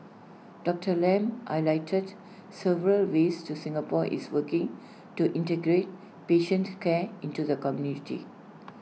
Doctor Lam highlighted several ways to Singapore is working to integrate patient care into the community